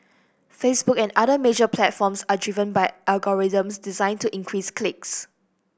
Facebook and other major platforms are driven by algorithms designed to increase clicks